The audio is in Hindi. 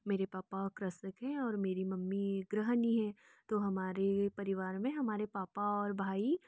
मेरे पापा कृषक है और मेरी मम्मी गृहणी है तो हमारे परिवार में हमारे पापा और भाई